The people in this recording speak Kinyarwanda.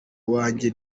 wanjye